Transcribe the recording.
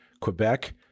Quebec